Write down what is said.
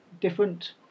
different